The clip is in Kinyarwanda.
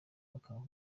bakanga